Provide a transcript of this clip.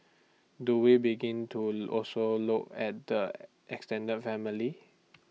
do we begin to also look at the extended family